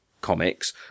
comics